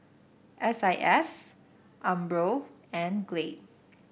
S I S Umbro and Glade